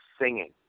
singing